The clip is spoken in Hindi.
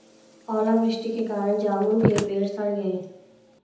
ओला वृष्टि के कारण जामुन के पेड़ सड़ गए